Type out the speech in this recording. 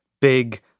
big